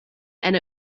and